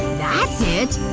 that's it!